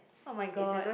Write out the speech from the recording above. oh-my-god